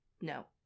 No